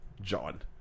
john